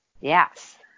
Yes